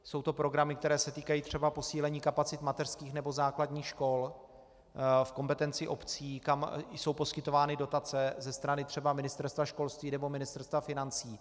Jsou to programy, které se týkají třeba posílení kapacit mateřských nebo základních škol v kompetenci obcí, kam jsou poskytovány dotace ze strany třeba Ministerstva školství nebo Ministerstva financí.